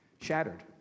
shattered